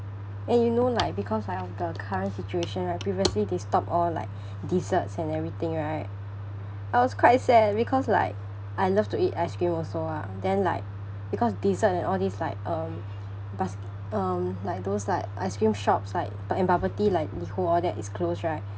eh you know like because of the current situation right previously they stop all like desserts and everything right I was quite sad because like I love to eat ice cream also ah then like because dessert and all this like um Baski~ um like those like ice cream shops like and bubble tea like liho all that is closed right